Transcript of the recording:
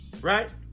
right